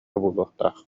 буолуохтаах